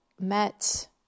met